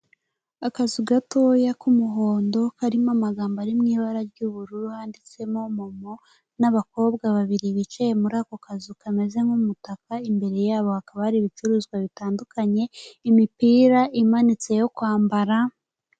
Akazu gatoya k'umuhondo, karimo amagambo ari mu ibara ry'ubururu handitsemo momo, n'abakobwa babiri bicaye muri ako kazu kameze nk'umutaka, imbere yabo hakaba hari ibicuruzwa bitandukanye, imipira imanitse yo kwambara.